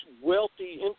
wealthy